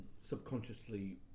subconsciously